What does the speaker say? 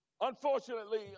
Unfortunately